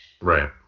Right